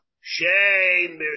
Shame